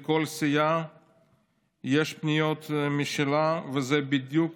לכל סיעה הפניות משלה, וזה בדיוק